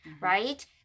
Right